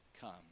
come